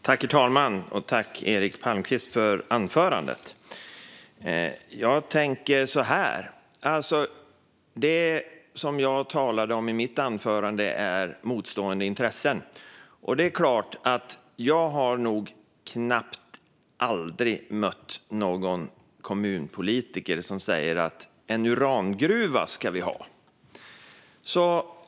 Herr talman! Tack, Eric Palmqvist, för anförandet! Det som jag talade om i mitt anförande var motstående intressen. Jag har nog aldrig mött någon kommunpolitiker som sagt: En urangruva ska vi ha.